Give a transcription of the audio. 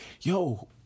yo